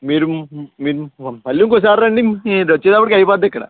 మీరు మీరు మళ్ళీ ఇంకోసారి రండి మీరొచ్చేసరికి అయిపోతుందిక్కడ